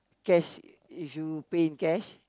cash if you pay in cash